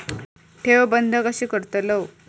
ठेव बंद कशी करतलव?